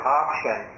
option